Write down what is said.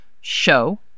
Show